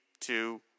two